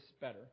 better